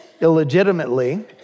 illegitimately